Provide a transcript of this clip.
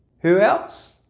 who else?